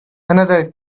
another